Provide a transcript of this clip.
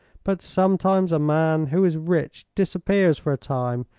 but sometimes a man who is rich disappears for a time,